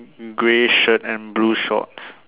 grey shirt and blue shorts